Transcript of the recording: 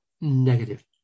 negative